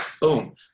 Boom